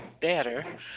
better